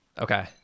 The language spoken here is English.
Okay